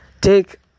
Take